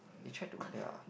you tried to clear